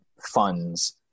funds